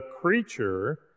creature